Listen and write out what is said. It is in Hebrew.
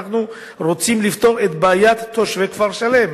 אנחנו רוצים לפתור את בעיית תושבי כפר-שלם.